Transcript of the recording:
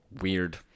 Weird